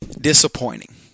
disappointing